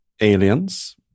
aliens